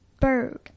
Bird